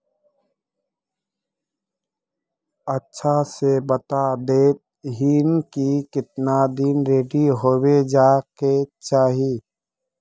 अच्छा से बता देतहिन की कीतना दिन रेडी होबे जाय के चही?